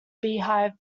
beehive